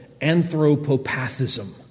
anthropopathism